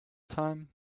time